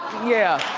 yeah.